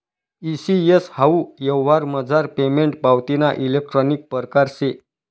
E CS हाऊ यवहारमझार payment पावतीना इलेक्ट्रानिक परकार शे